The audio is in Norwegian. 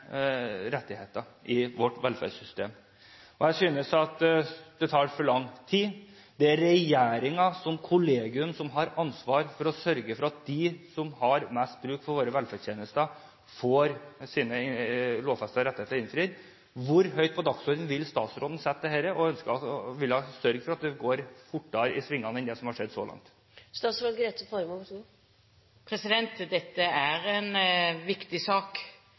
rettigheter i vårt velferdssystem. Jeg synes det tar for lang tid. Det er regjeringen som kollegium som har ansvar for å sørge for at de som har mest bruk for våre velferdstjenester, får sine lovfestede rettigheter innfridd. Hvor høyt på dagsordenen vil statsråden sette dette? Vil hun sørge for at det går fortere i svingene enn det som har skjedd så langt? Dette er en viktig sak, og den involverer mange departementer. Henstillingen i merknaden var formulert ganske generelt, så